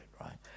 right